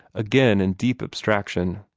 again in deep abstraction.